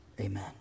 amen